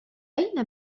أين